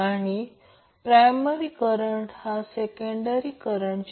तर हे series circuit आहे हा रेझिस्टर 0